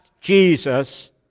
Jesus